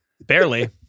Barely